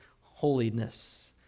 holiness